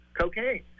cocaine